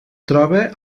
troba